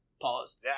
Pause